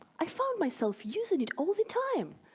i found myself using it all the time.